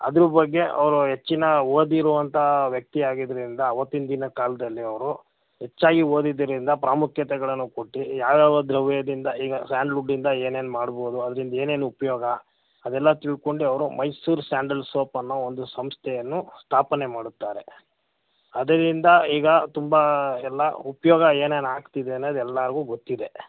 ಅದ್ರ ಬಗ್ಗೆ ಅವರು ಹೆಚ್ಚಿನ ಓದಿರೋ ಅಂಥ ವ್ಯಕ್ತಿ ಆಗಿದ್ದರಿಂದ ಅವತ್ತಿನ ದಿನ ಕಾಲದಲ್ಲಿ ಅವರು ಹೆಚ್ಚಾಗಿ ಓದಿದ್ದರಿಂದ ಪ್ರಾಮುಖ್ಯತೆಗಳನ್ನು ಕೊಟ್ಟು ಯಾವಯಾವ ದ್ರವ್ಯದಿಂದ ಈಗ ಸ್ಯಾಂಡ್ಲ್ವುಡ್ಡಿಂದ ಏನೇನು ಮಾಡ್ಬೋದು ಅದ್ರಿಂದ ಏನೇನು ಉಪಯೋಗ ಅದೆಲ್ಲ ತಿಳ್ಕೊಂಡೇ ಅವರು ಮೈಸೂರ್ ಸ್ಯಾಂಡಲ್ ಸೋಪ್ ಅನ್ನೋ ಒಂದು ಸಂಸ್ಥೆಯನ್ನು ಸ್ಥಾಪನೆ ಮಾಡುತ್ತಾರೆ ಅದರಿಂದ ಈಗ ತುಂಬ ಎಲ್ಲ ಉಪಯೋಗ ಏನೇನು ಆಗ್ತಿದೆ ಅನ್ನದು ಎಲ್ಲರ್ಗೂ ಗೊತ್ತಿದೆ